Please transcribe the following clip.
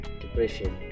depression